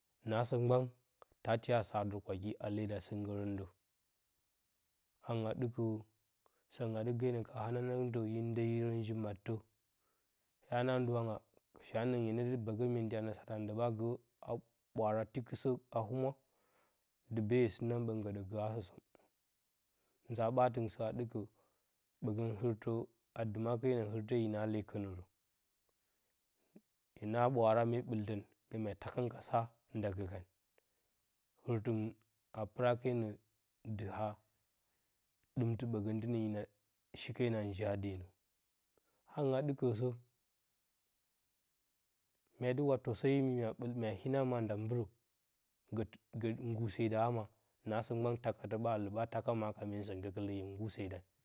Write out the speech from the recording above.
Naasə mgbab tu tiya sardə kwaki a leda staggərə də, hangipus a ɗɨkə səgɨn a dɨ genəka hananangtə hin ndeyirən ji mattə hya na ndɨwanga fyanəng hyenə dɨ mbəgən myenti a nə sə atɨ ndɨɨ ba gə ɓwara tikɨsə a humwa, dɨ bee hye sɨ nan ɓə nggədə gə asə. Ngaa ɓattngɨn sə a ɗɨkə ɓəgən hɨrtə, a dɨɨma kenə hite hina lee kənərə, hye na ɓwara mee bturnɨtən gə mya takan ka sa nda gəkan hɨrtɨngɨn a pɨra kenə dɨ haa dɨmɨɨ ɓəgətɨnə hangen a ɗɨkəsə mya dɨwa təsə-imi mya hina maa nda mbɨrə gə nggurse da hama naasə mgban takatə ɓa ɨlə ɓa taka hama.